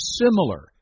similar